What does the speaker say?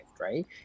right